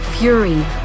fury